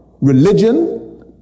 religion